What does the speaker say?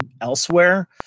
elsewhere